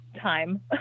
time